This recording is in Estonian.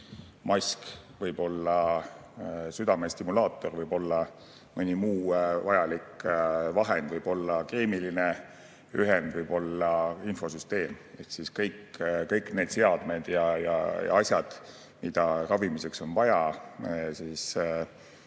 mask, võib olla südamestimulaator, võib olla mõni muu vajalik vahend, võib olla keemiline ühend, võib olla infosüsteem. Ehk kõik need seadmed ja asjad, mida ravimiseks on vaja,